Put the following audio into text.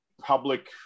public